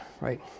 Right